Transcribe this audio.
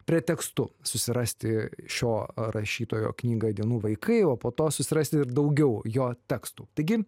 pretekstu susirasti šio rašytojo knygą dienų vaikai o po to susirasti ir daugiau jo tekstų taigi